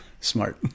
smart